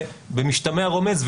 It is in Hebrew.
במשתמע רומז,